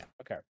Okay